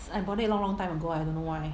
I bought it long long time ago I don't know why